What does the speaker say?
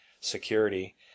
security